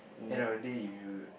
end of the day if you